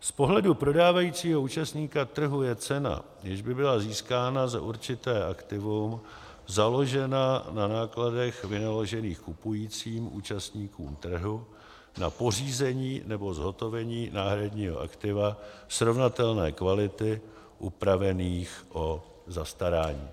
Z pohledu prodávajícího účastníka trhu je cena, jež by byla získána za určité aktivum, založena na nákladech vynaložených kupujícím účastníkem trhu na pořízení nebo zhotovení náhradního aktiva srovnatelné kvality, upravených o zastarání.